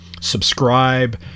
subscribe